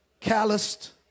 Calloused